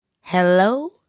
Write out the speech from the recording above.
Hello